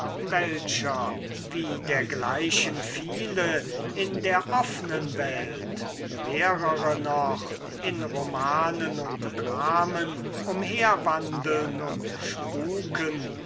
welcher wie dergleichen viele in der offnen welt mehrere noch in romanen und dramen umherwandeln und spuken